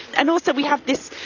and also we have this,